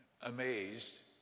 amazed